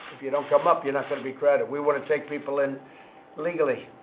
if you don't come up, you're not going to be crowded. we want to take people in legally,